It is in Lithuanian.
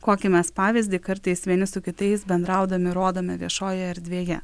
kokį mes pavyzdį kartais vieni su kitais bendraudami rodome viešojoj erdvėje